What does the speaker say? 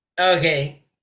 okay